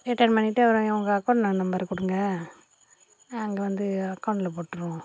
return பண்ணிட்டு அப்புறம் உங்கள் அக்கௌண்ட் நம்பர் கொடுங்க நாங்கள் வந்து அகௌண்ட்டில் போட்டுருவோம்